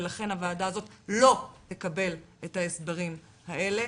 ולכן הוועדה הזאת לא תקבל את ההסברים האלה,